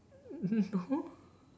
no